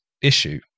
issue